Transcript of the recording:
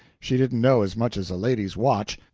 she didn't know as much as a lady's watch.